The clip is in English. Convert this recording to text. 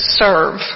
serve